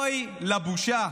אוי לבושה,